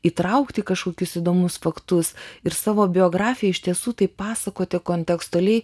įtraukti kažkokius įdomus faktus ir savo biografiją iš tiesų taip pasakoti kontekstuali